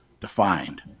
defined